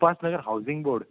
Upasnagar housing board